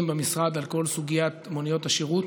במשרד על כל סוגיית מוניות השירות.